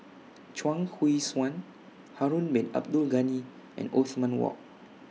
Chuang Hui Tsuan Harun Bin Abdul Ghani and Othman Wok